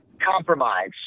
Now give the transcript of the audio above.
compromise